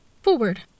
Forward